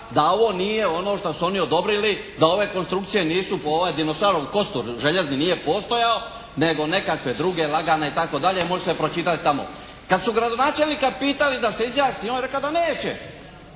da ovo nije ono što su oni odobrili. Da ove konstrukcije nisu … /Govornik se ne razumije./ … dinosaur kostur željezni nije postojao nego nekakve druge lagane i tako dalje može se pročitati tamo. Kad su gradonačelnika pitali da se izjasni on je rekao da neće.